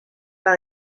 par